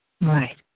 Right